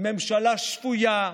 עם ממשלה שפויה,